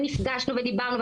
נפגשנו ודיברנו,